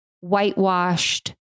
whitewashed